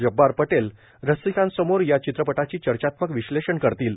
जब्बार पटेल चित्रपट रसिकांसोबत या चित्रपटाचा चर्चात्मक विश्लेषण करतील